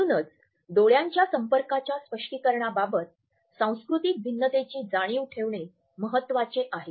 म्हणूनच डोळ्यांच्या संपर्काच्या स्पष्टीकरणाबाबत सांस्कृतिक भिन्नतेची जाणीव ठेवणे महत्वाचे आहे